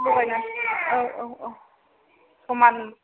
लगायनानै औ औ समान